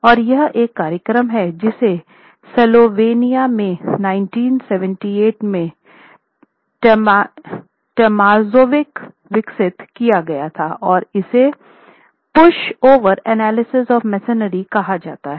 और यह एक कार्यक्रम था जिसे स्लोवेनिया में 1978 में टोमजेविक विकसित किया गया था और इसे pushover analysis of masonry analysis of masonry कहा जाता है